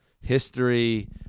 history